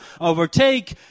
overtake